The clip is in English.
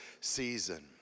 season